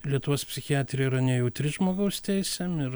lietuvos psichiatrija yra nejautri žmogaus teisėm ir